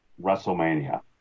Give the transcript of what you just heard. WrestleMania